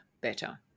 better